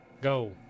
go